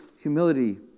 humility